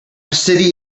city